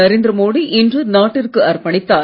நரேந்திர மோடி இன்று நாட்டிற்கு அர்ப்பணித்தார்